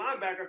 Linebacker